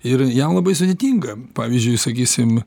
ir jam labai sudėtinga pavyzdžiui sakysim